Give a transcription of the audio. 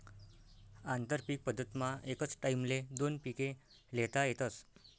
आंतरपीक पद्धतमा एकच टाईमले दोन पिके ल्हेता येतस